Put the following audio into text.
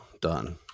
done